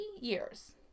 years